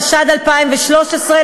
התשע"ד 2013,